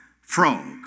frogs